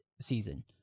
season